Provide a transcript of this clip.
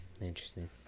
Interesting